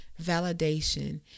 validation